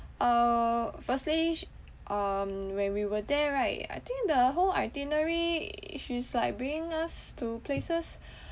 uh firstly sh~ um when we were there right I think the whole itinerary she's like bringing us to places